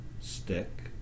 stick